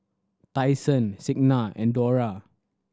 Tyson Signa and Dora